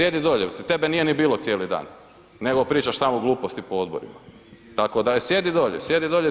Tebe nije ni bilo cijeli dan nego pričaš tamo gluposti po odborima, tako da je sjedi dolje, sjedi dolje ti.